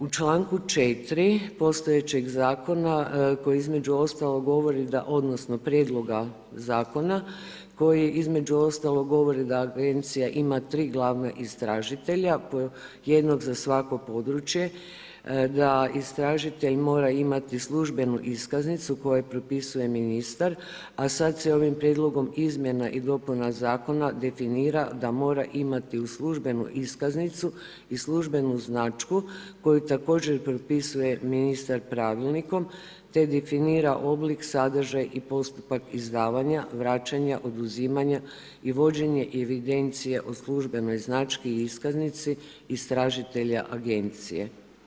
U čl. 4. postojećeg Zakona, koji između ostalog govori da odnosno Prijedloga Zakona koji između ostalog govori da Agencija ima tri glavna istražitelja, po jednog za svako područje, da istražitelj mora imati službenu iskaznicu koje propisuje ministar, a sad se ovom Prijedlogom izmjena i dopuna Zakona definira da mora imati uz službenu iskaznicu i službenu značku koju također propisuje ministar Pravilnikom, te definira oblik, sadržaj i postupak izdavanja, vraćanja, oduzimanja i vođenje evidencije o službenoj znački i iskaznici istražitelja Agencije.